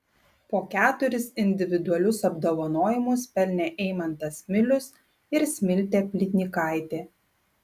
po keturis individualius apdovanojimus pelnė eimantas milius ir smiltė plytnykaitė